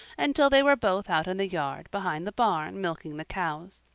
until they were both out in the yard behind the barn milking the cows.